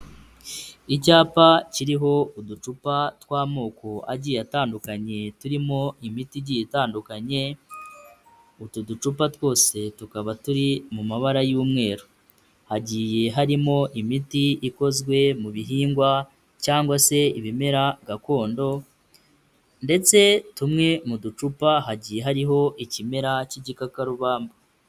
Icyapa kiriho uducupa tw'amoko agiye atandukanye turimo imiti igiye itandukanye, utu ducupa twose tukaba turi mu mabara y'umweru, hagiye harimo imiti ikozwe mu bihingwa cyangwa se ibimera gakondo ndetse tumwe mu ducupa hagiye hariho ikimera cy'igikakarubamba.